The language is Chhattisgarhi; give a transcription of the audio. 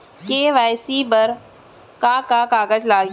के.वाई.सी बर का का कागज लागही?